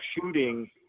shooting